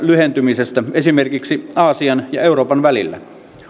lyhentymisestä esimerkiksi aasian ja euroopan välillä